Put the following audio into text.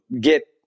get